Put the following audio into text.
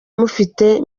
mufite